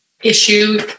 issue